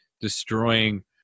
destroying